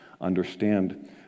understand